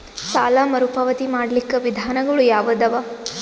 ಸಾಲ ಮರುಪಾವತಿ ಮಾಡ್ಲಿಕ್ಕ ವಿಧಾನಗಳು ಯಾವದವಾ?